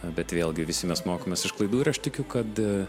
bet vėlgi visi mes mokomės iš klaidų ir aš tikiu kad